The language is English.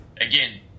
Again